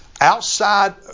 outside